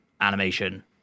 animation